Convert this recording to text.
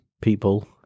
people